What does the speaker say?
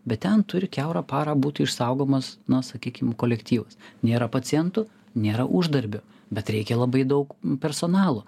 bet ten turi kiaurą parą būtų išsaugomas na sakykim kolektyvas nėra pacientų nėra uždarbio bet reikia labai daug personalo